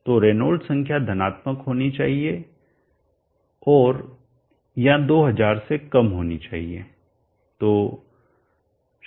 तो रेनॉल्ड्स संख्या धनात्मक होनी चाहिए और या 2000 से कम होनी चाहिए